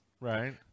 Right